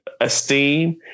esteem